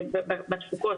בתפוקות,